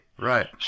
Right